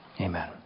Amen